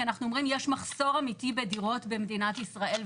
כי אנחנו אומרים יש מחסור אמיתי בדירות במדינת ישראל,